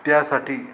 त्यासाठी